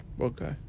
Okay